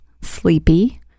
sleepy